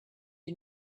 you